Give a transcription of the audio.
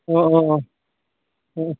अ अ अ